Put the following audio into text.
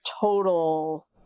total